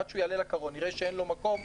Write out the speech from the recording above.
עד שהוא יעלה לקרון ויראה שאין לו מקום,